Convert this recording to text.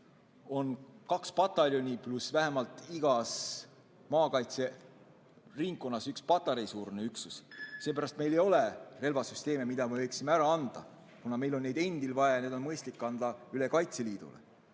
on kaks pataljoni pluss vähemalt igas maakaitseringkonnas üks patareisuurune üksus. Seepärast meil ei ole relvasüsteeme, mida me võiksime ära anda, kuna meil on neid endil vaja ja need on mõistlik anda üle Kaitseliidule.